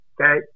Okay